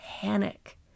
panic